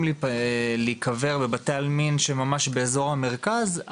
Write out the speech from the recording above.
להיקבר בבתי עלמין שממש באזור המרכז,